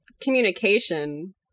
communication